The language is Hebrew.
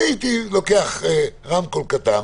אני הייתי לוקח רמקול קטן,